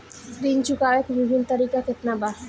ऋण चुकावे के विभिन्न तरीका केतना बा?